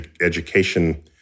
education